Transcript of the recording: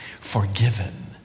forgiven